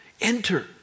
Enter